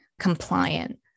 compliant